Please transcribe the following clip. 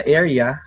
area